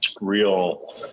real